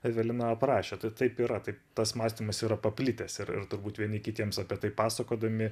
evelina aprašė tai taip yra tai tas mąstymas yra paplitęs ir ir turbūt vieni kitiems apie tai pasakodami